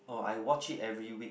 oh I watch it every week